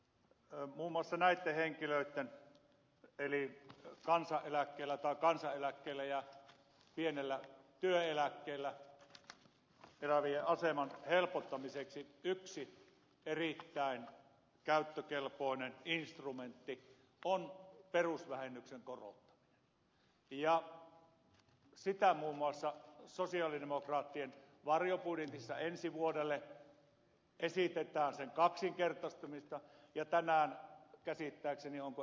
muun muassa näitten henkilöitten eli kansaneläkkeellä tai kansaneläkkeellä ja pienellä työeläkkeellä elävien aseman helpottamiseksi yksi erittäin käyttökelpoinen instrumentti on perusvähennyksen korottaminen ja sen kaksinkertaistamista muun muassa esitetään sosialidemokraattien varjobudjetissa ensi vuodelle ja tänään käsittääkseni on ed